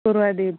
കുറുവദ്വീപ്